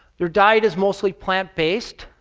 their diet is mostly plant-based,